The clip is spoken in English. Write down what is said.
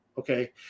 Okay